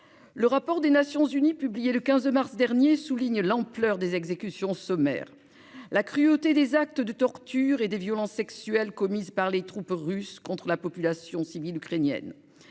Le rapport des Nations unies publié le 15 mars dernier souligne l'ampleur des exécutions sommaires, la cruauté des actes de tortures et des violences sexuelles commises par les troupes russes contre la population civile ukrainienne.